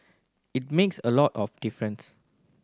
it makes a lot of difference